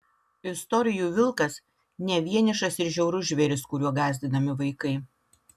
istorijų vilkas ne vienišas ir žiaurus žvėris kuriuo gąsdinami vaikai